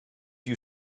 you